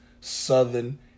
Southern